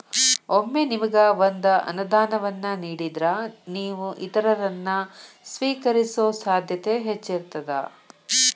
ಒಮ್ಮೆ ನಿಮಗ ಒಂದ ಅನುದಾನವನ್ನ ನೇಡಿದ್ರ, ನೇವು ಇತರರನ್ನ, ಸ್ವೇಕರಿಸೊ ಸಾಧ್ಯತೆ ಹೆಚ್ಚಿರ್ತದ